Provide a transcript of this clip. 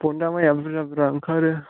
फरना माइआबो बुरजा बुरजा ओंखारो